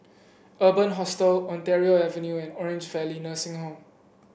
Urban Hostel Ontario Avenue and Orange Valley Nursing Home